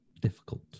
difficult